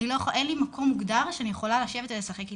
אין לי מקום מוגדר שאני יכולה לשבת ולשחק איתן,